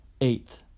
Eighth